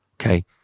Okay